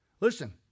Listen